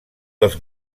dels